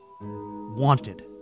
wanted